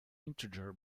integer